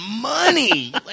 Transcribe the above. money